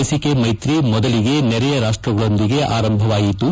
ಲಸಿಕೆ ಮೈತ್ರಿ ಮೊದಲಿಗೆ ನೆರೆಯ ರಾಷ್ಲಗಳೊಂದಿಗೆ ಆರಂಭವಾಯಿತು